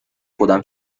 خودم